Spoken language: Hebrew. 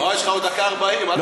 לא, יש לך עוד דקה ו-40, אל תגזים.